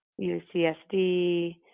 UCSD